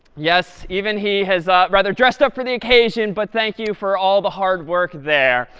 yes, even he has rather dressed up for the occasion, but thank you for all the hard work there.